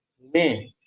me